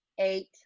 eight